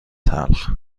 تلخ